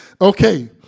Okay